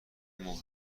مهر